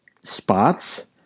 spots